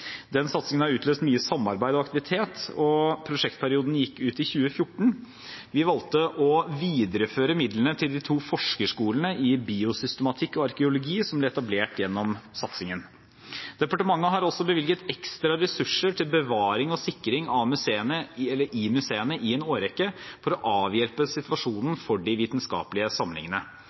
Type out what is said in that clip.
Den satsingen har utløst mye samarbeid og aktivitet, og prosjektperioden gikk ut i 2014. Vi valgte å videreføre midlene til de to forskerskolene i biosystematikk og arkeologi, som ble etablert gjennom satsingen. Departementet har også bevilget ekstra ressurser til bevaring og sikring i museene i en årrekke for å avhjelpe